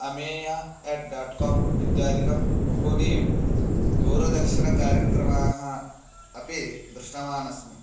Ameya at dot com इत्यादिकं बहूनि दूरदर्शनकार्यक्रमाः अपि दृष्टवान् अस्मि